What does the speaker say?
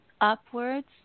upwards